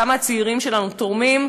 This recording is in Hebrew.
כמה הצעירים שלנו תורמים,